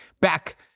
back